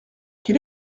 quel